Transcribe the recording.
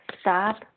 stop